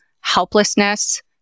helplessness